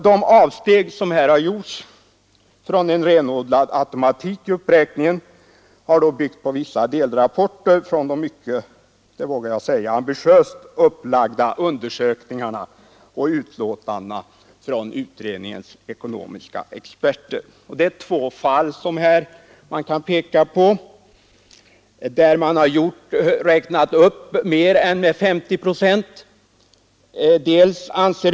De avsteg som har gjorts från en renodlad automatik i uppräkningen har byggt på vissa delrapporter från de — det vågar jag säga — mycket ambitiöst upplagda undersökningarna och utlåtandena från utredningens ekonomiska experter. Det är i två fall som man har räknat upp bidraget med mer än 50 procent.